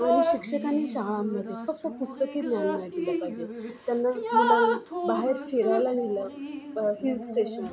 आणि शिक्षकांनी शाळांमध्ये फक्त पुस्तकी ज्ञान नाही दिलं पाहिजे त्यांना मुलांना बाहेर फिरायला नेलं हिलस्टेशन